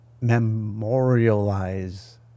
memorialize